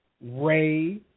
Ray